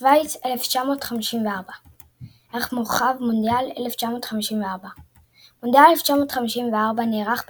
שווייץ 1954 ערך מורחב – מונדיאל 1954 מונדיאל 1954 נערך בשווייץ,